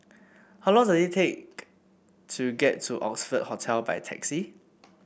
how long does it take to get to Oxford Hotel by taxi